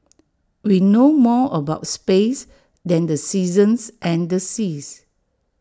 we know more about space than the seasons and the seas